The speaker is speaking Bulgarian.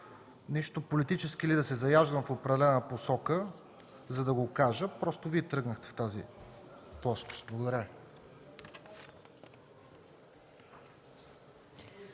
нищо политически или да се заяждам в определена посока, за да го кажа, просто Вие тръгнахте по тази плоскост. Благодаря